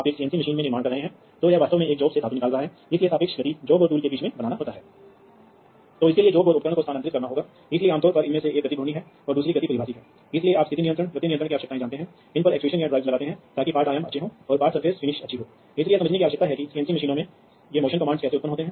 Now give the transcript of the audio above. इसलिए fieldbus device स्थानीय रूप से जंक्शन बॉक्स से जुड़े हो सकते हैं या हमें एक रिमोट आई ओ कहते हैं मेरा मतलब है कि आप किसी तरह का डेटा कंसंटेटर जानते हैं यदि ऐसा है तो यह है कि वे सीधे नेटवर्क से नहीं लटकाए जा सकते हैं अगर वे सीधे एक नेटवर्क से लटकाए जा सकते हैं जो और भी सरल है